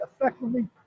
effectively